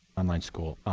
online school